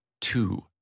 two